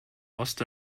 ost